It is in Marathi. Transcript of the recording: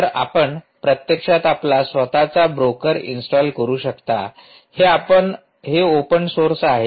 तर आपण प्रत्यक्षात आपला स्वतचा ब्रोकर इन्स्टॉल करू शकता हे ओपन सोर्स आहे